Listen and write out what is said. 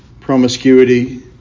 promiscuity